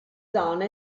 zona